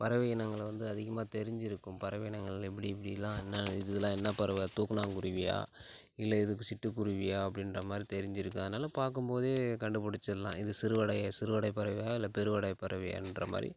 பறவை இனங்களை வந்து அதிகமாக தெரிஞ்சிருக்கும் பறவை இனங்கள் எப்படி இப்படிலாம் என்ன இதெலாம் என்ன பறவை தூக்கணாங்குருவியா இல்லை இதுக்கு சிட்டுக் குருவியா அப்படின்ற மாதிரி தெரிஞ்சிருக்கும் அதனால பார்க்கும் போதே கண்டுபிடிச்சிர்லாம் இது சிறுவடை சிறுவடை பறவையா இல்லை பெருவடை பறவையான்ற மாரி